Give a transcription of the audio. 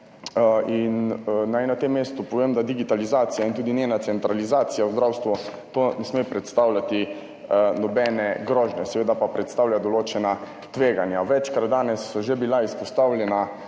Naj na tem mestu povem, da digitalizacija in tudi njena centralizacija v zdravstvu, to ne sme predstavljati nobene grožnje, seveda pa predstavlja določena tveganja. Večkrat danes so že bila izpostavljena